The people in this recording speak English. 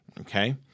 Okay